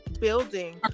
building